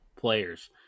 players